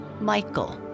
Michael